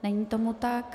Není tomu tak.